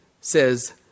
says